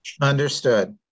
Understood